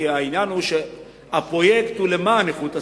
כי העניין הוא שהפרויקט הזה הוא למען איכות הסביבה,